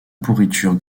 pourriture